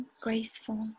graceful